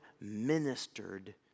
ministered